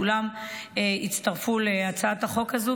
כולם הצטרפו להצעת החוק הזאת,